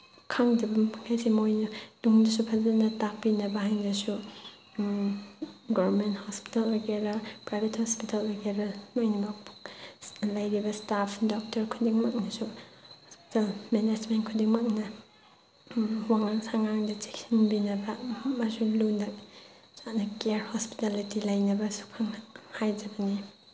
ꯈꯪꯗꯕ ꯃꯈꯩꯁꯦ ꯃꯣꯏꯅ ꯇꯨꯡꯗꯁꯨ ꯐꯖꯅ ꯇꯥꯛꯄꯤꯅꯕ ꯍꯥꯏꯅꯁꯨ ꯒꯣꯔꯃꯦꯟ ꯍꯣꯁꯄꯤꯇꯥꯜ ꯑꯣꯏꯒꯦꯔꯥ ꯄ꯭ꯔꯥꯏꯚꯦꯠ ꯍꯣꯁꯄꯤꯇꯥꯜ ꯑꯣꯏꯒꯦꯔꯥ ꯂꯣꯏꯅꯃꯛꯄꯨ ꯂꯩꯔꯤꯕ ꯏꯁꯇꯥꯐ ꯗꯣꯛꯇꯔ ꯈꯨꯗꯤꯡꯃꯛꯅꯁꯨ ꯃꯦꯅꯦꯖꯃꯦꯟ ꯈꯨꯗꯤꯡꯃꯛꯅ ꯋꯥꯉꯥꯡ ꯁꯉꯥꯡꯗ ꯆꯦꯛꯁꯤꯟꯕꯤꯅꯕ ꯑꯃꯁꯨꯡ ꯂꯨꯅ ꯆꯥꯟꯅ ꯀꯦꯌꯥꯔ ꯍꯣꯁꯄꯤꯇꯥꯂꯤꯇꯤ ꯂꯩꯅꯕꯁꯨ ꯍꯥꯏꯖꯕꯅꯤ